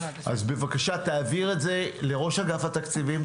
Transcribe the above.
בבקשה, תעביר את זה לראש אגף התקציבים.